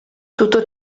tutto